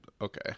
okay